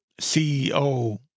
CEO